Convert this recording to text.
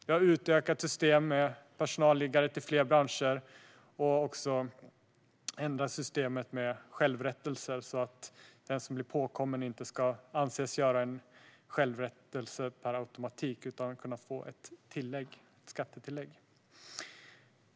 Vi har utökat systemet med personalliggare till fler branscher och ändrat systemet med självrättelser så att den som blir påkommen inte ska anses göra en självrättelse per automatik utan i stället ska få ett skattetillägg.